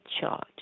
charge